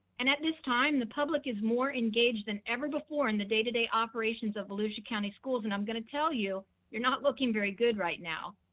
and at this time, the public is more engaged than ever before in the day to day operations of volusia county schools, and i'm gonna tell you, you're not looking very good right now.